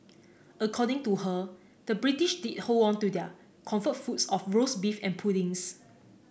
according to her the British did hold on to their comfort foods of roast beef and puddings